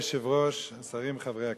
אדוני היושב-ראש, השרים, חברי הכנסת,